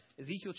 Ezekiel